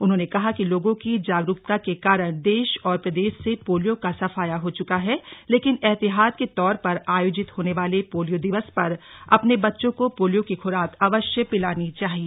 उन्होंने कहा कि लोगो की जागरूकता के कारण देश और प्रदेश से पोलियो का सफाया हो चुका है लेकिन एहतियात के तौर पर आयोजित होने वाले पोलियो दिवस पर अपने बच्चों को पोलियो की ख्राक अवश्य पिलानी चाहिए